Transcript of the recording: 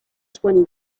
twenty